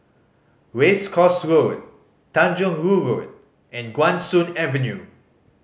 Race Course Road Tanjong Rhu Road and Guan Soon Avenue